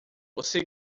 você